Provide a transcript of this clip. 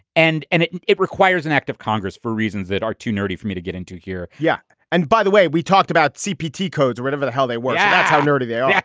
and and it it requires an act of congress for reasons that are too nerdy for me to get into here. yeah. and by the way, we talked about cpg codes, rid of it, how they work. that's yeah how nerdy they're. yeah